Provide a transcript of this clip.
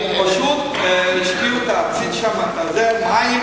פשוט השקו את העציץ שם במים.